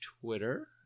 twitter